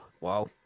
Wow